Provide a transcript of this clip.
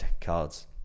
cards